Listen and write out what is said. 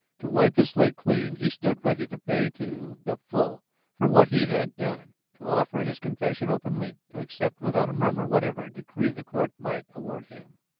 to wipe his slate clean, he stood ready to pay to the full for what he had done, to offer his confession openly, to accept without a murmur whatever decree the court might award him.